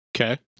Okay